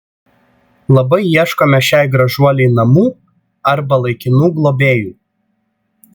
labai ieškome šiai gražuolei namų arba laikinų globėjų